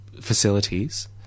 facilities